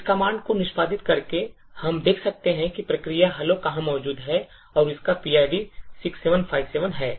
इस कमांड को निष्पादित करके हम देख सकते हैं कि प्रक्रिया hello कहां मौजूद है और इसका PID 6757 है